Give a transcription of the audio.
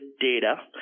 data